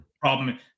Problem